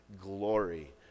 glory